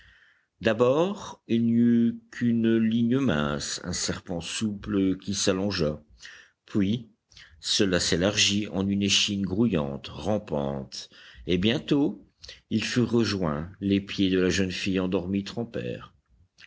d'abord il n'y eut qu'une ligne mince un serpent souple qui s'allongea puis cela s'élargit en une échine grouillante rampante et bientôt ils furent rejoints les pieds de la jeune fille endormie